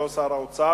אותו שר האוצר,